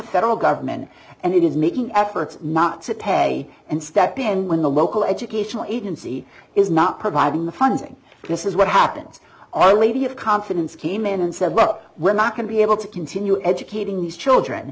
federal government and it is making efforts not cit and step in when the local educational agency is not providing the funding this is what happens our lady of confidence came in and said well we're not going to be able to continue educating these children